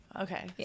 Okay